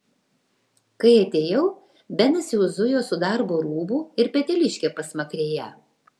kai atėjau benas jau zujo su darbo rūbu ir peteliške pasmakrėje